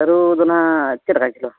ᱥᱟᱹᱨᱩᱫᱚ ᱱᱟᱦᱟᱜ ᱪᱮᱫᱞᱮᱠᱟ ᱠᱤᱞᱳ